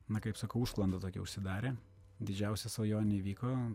na kaip sakau užsklanda tokia užsidarė didžiausia svajonė įvyko